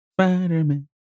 Spider-Man